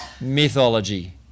mythology